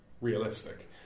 realistic